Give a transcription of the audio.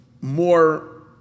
more